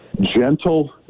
gentle